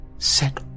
Set